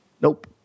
Nope